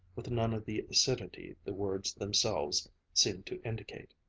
with none of the acidity the words themselves seemed to indicate.